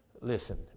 listen